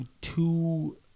two